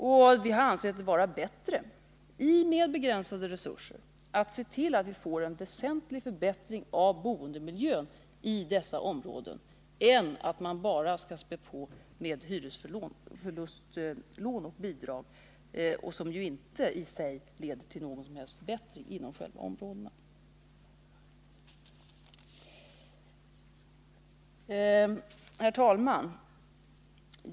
Vi har ansett det vara bättre, med de begränsade resurserna, att få till stånd en väsentligt förbättrad boendemiljö i dessa områden än att bara späda på med hyresförlustlån och bidrag, vilka i sig själva inte leder till några som helst förbättringar i områdena. Herr talman!